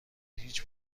هیچ